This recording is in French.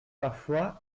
parfois